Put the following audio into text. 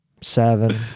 seven